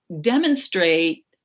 demonstrate